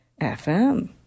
FM